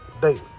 daily